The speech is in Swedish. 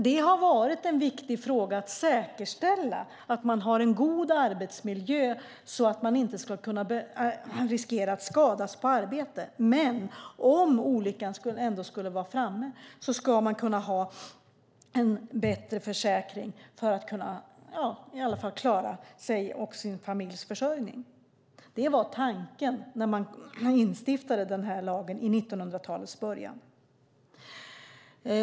Det har varit en viktig fråga att säkerställa att man har en god arbetsmiljö så att man inte riskerar att skadas på arbetet. Om olyckan ändå skulle vara framme ska man kunna ha en försäkring för att klara sin och sin familjs försörjning. Det var tanken när lagen stiftades i början av 1900-talet.